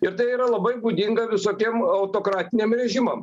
ir tai yra labai būdinga visokiem autokratiniam režimam